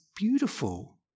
beautiful